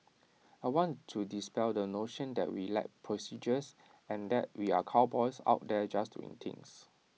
I want to dispel the notion that we lack procedures and that we are cowboys out there just doing things